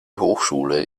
hochschule